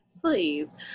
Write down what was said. Please